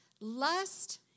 Lust